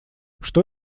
что